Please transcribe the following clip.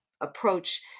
approach